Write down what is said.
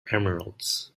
emeralds